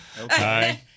Okay